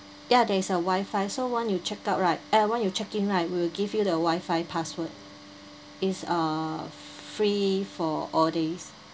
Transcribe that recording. ya there is a wifi so once you check out right eh once you check-in right we will give you the wifi password is err free for all days